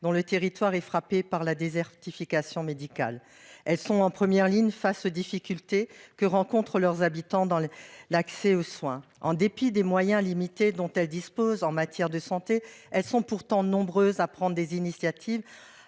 dont le territoire est frappé par la désertification médicale. Elles sont en première ligne face aux problèmes que rencontrent leurs habitants dans l'accès aux soins. En dépit des moyens limités dont elles disposent en matière de santé, elles sont nombreuses à prendre des initiatives,